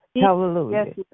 Hallelujah